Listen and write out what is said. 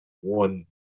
one